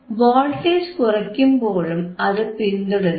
voltage കുറയ്ക്കുമ്പോഴും അതു പിന്തുടരുന്നു